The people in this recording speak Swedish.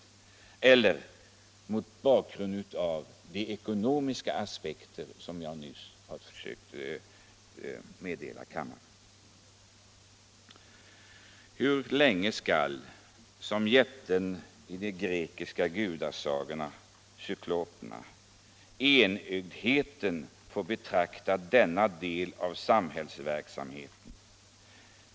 Trafikpolitiken Trafikpolitiken Eller varför inte se saken mot bakgrund av de ekonomiska aspekter som jag nyss har försökt meddela kammaren? Hur länge skall man likt jättarna i den grekiska hjältesagan, cykloperna, enögt få betrakta denna del av samhällsverksamheten?